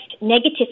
negative